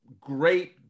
great